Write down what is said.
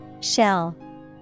Shell